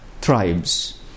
tribes